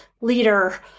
leader